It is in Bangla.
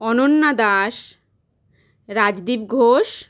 অনন্যা দাস রাজদীপ ঘোষ